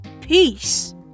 peace